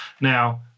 Now